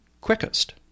quickest